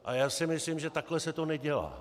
A já si myslím, že takhle se to nedělá.